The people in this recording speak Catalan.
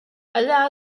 allà